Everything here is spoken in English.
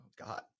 God